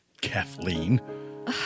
Kathleen